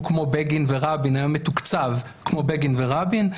כמו בגין ורבין היה מתוקצב כמו בגין ורבין.